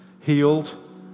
healed